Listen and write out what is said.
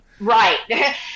Right